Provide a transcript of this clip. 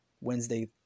Wednesday